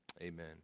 Amen